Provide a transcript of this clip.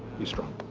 be strong.